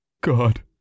God